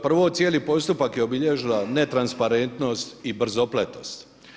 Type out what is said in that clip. Prvo cijeli postupak je obilježila netransparentnost i brzopletost.